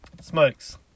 Smokes